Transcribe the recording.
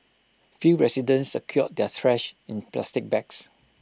few residents secured their trash in plastic bags